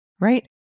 right